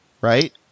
Right